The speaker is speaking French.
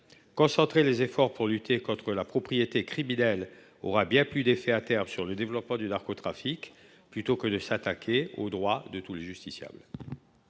Concentrer les efforts sur la lutte contre la propriété criminelle aura bien plus d’effets, à terme, sur le développement du narcotrafic que de s’attaquer aux droits de tous les justiciables.